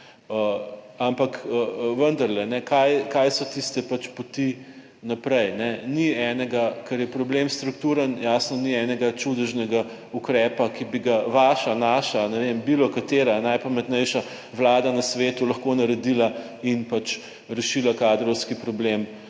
Ampak vendarle kaj so tiste pač poti naprej? Ni enega, ker je problem strukturen. Jasno ni enega čudežnega ukrepa, ki bi ga vaša, naša, ne vem bilo katera je najpametnejša vlada na svetu lahko naredila in pač rešila kadrovski problem,